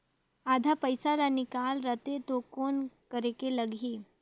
आधा पइसा ला निकाल रतें तो कौन करेके लगही?